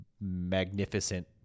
magnificent